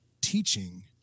teaching